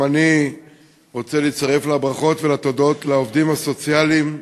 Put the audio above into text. גם אני רוצה להצטרף לברכות ולתודות לעובדים הסוציאליים,